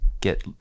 get